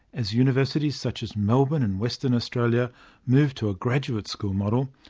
as universities such as melbourne and western australia move to a graduate school model,